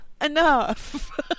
enough